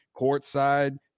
courtside